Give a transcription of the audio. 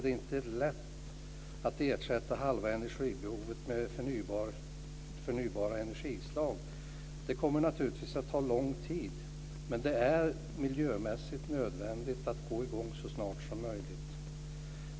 Det är inte lätt att ersätta halva energibehovet med förnybara energislag. Det kommer naturligtvis att ta lång tid, men det är miljömässigt nödvändigt att sätta i gång så snart som möjligt.